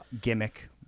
gimmick